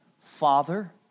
father